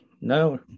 No